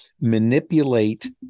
manipulate